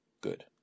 Good